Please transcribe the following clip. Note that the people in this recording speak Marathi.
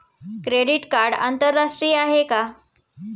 क्रेडिट कार्ड आंतरराष्ट्रीय आहे का?